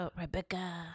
Rebecca